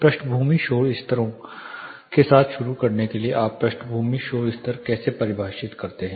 पृष्ठभूमि शोर स्तरों के साथ शुरू करने के लिए आप पृष्ठभूमि शोर स्तर कैसे परिभाषित करते हैं